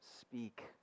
speak